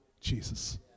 Jesus